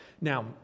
now